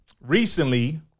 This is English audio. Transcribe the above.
recently